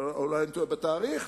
אולי אני טועה בתאריך,